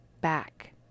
back